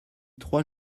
trois